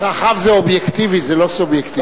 צרכיו, זה אובייקטיבי, זה לא סובייקטיבי.